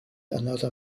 another